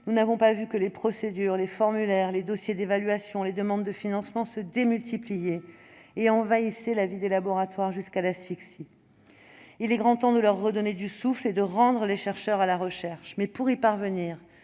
nous n'avons pas vu que les procédures, les formulaires, les dossiers d'évaluation, les demandes de financement se démultipliaient, envahissant la vie des laboratoires jusqu'à l'asphyxie. À ceux-ci, il est grand temps de redonner du souffle, comme il est grand temps de rendre les chercheurs à la recherche. Mais pour y parvenir,